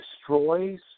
destroys